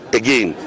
again